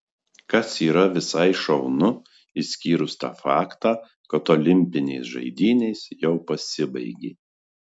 kas yra visai šaunu išskyrus tą faktą kad olimpinės žaidynės jau pasibaigė